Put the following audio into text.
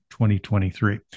2023